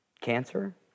cancer